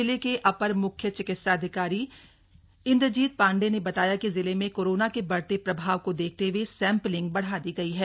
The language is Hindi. जिले के अपर मुख्य चिकित्सा अधिकारी इंद्रजीत पांडेय ने बताया कि जिले में कोरोना के बढ़ते प्रभाव को देखते हुए सैम्पलिंग बढ़ा दी गयी है